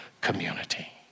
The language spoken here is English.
community